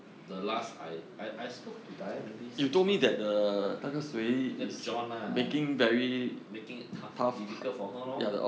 the last I I I spoke to dian maybe six months 那个 john lah making tough difficult for her lor